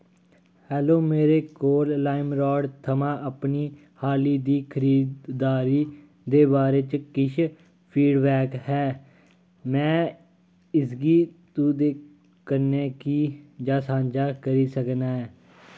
hello मेरे कोल lime राड थमां अपनी हाली दी खरीदारी दे बारे च किश फीडबैक ऐ में इसगी तुं'दे कन्नै कि'यां सांझा करी सकनां ऐ